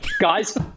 Guys